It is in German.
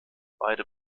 beide